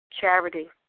Charity